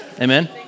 amen